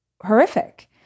horrific